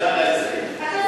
(חבר הכנסת מיכאל בן-ארי יוצא מאולם המליאה.) נוח לו,